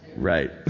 Right